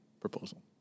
proposal